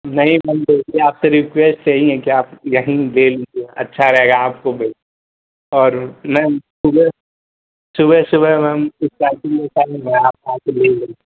नहीं मैम देखिए आपसे रीक्वेस्ट यहीं है कि आप यहीं ले लिजीए अच्छा रहेगा आपको भी और मैम सुबह सुबह मैम ऐसा नहीं है आप